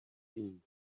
been